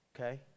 Okay